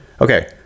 Okay